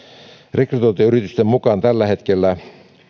rekrytointiyritysten mukaan tällä hetkellä